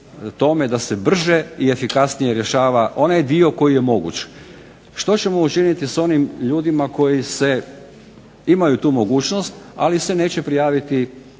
da se brže i efikasnije rješava onaj dio koji je moguć. Što ćemo učiniti s onim ljudima koji imaju tu mogućnost, ali se neće prijaviti